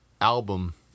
album